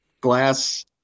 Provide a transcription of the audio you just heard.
glass